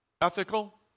ethical